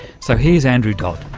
so here's andrew dodd